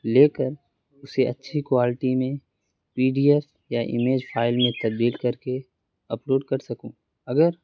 لے کر اسے اچھی کوالٹی میں پی ڈی ایف یا ایمیج فائل میں تبدیل کر کے اپلوڈ کر سکوں اگر